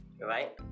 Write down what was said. right